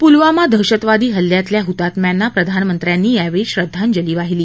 पुलवामा दहशतवादी हल्ल्यातल्या हुतात्म्यांना प्रधानमंत्र्यांनी यावेळी श्रद्धांजली वाहिली